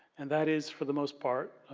and that is for the most part